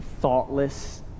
Thoughtless